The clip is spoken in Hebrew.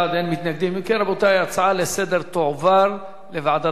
להפוך את הצעת חוק הסדרים במשק המדינה (תיקוני חקיקה להשגת יעדי